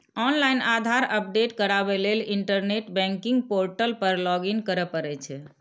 online Aadhaar update कराबै लेल internet banking portal पर लॉगइन करय पड़ै छै